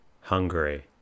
Hungary